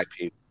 IP